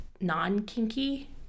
non-kinky